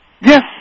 Yes